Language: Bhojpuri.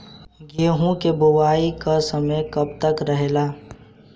गेहूँ के बुवाई के समय कब तक रहेला?